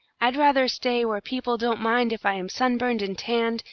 i'd rather stay where people don't mind if i am sunburned and tanned,